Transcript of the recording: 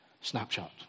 snapshot